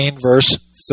verse